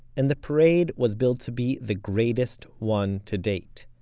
and the parade was billed to be the greatest one to date.